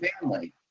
family